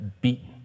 beaten